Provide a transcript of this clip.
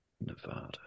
Nevada